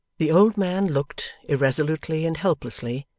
the old man looked, irresolutely and helplessly,